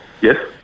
Yes